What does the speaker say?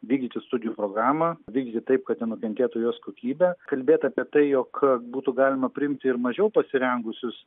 vykdyti studijų programą vykdyti taip kad nenukentėtų jos kokybę kalbėt apie tai jog būtų galima priimti ir mažiau pasirengusius